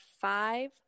five